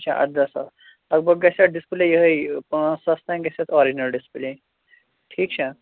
اَچھا ارداہ ساس لگ بگ گژھِ اَتھ ڈِسپُلے یِہَے پانٛژھ ساس تانۍ گژھِ اَتھ آرجِنَل ڈِسپُلے ٹھیٖک چھا